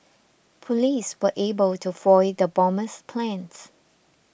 police were able to foil the bomber's plans